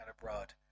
abroad